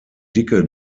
dicke